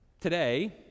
Today